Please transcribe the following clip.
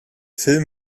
film